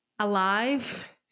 alive